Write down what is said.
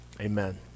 amen